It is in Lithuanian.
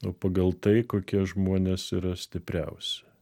o pagal tai kokie žmonės yra stipriausi